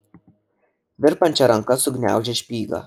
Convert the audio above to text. virpančia ranka sugniaužė špygą